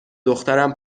دخترم